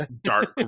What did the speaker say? dark